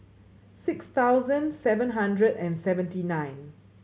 six thousand seven hundred and seventy nine